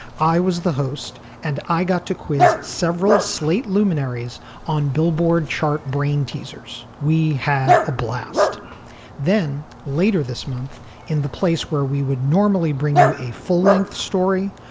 i was the host and i got to quiz several slate luminaries on billboard chart brainteasers. we had a blast then later this month in the place where we would normally bring you a full length story,